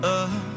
up